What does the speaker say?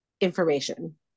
information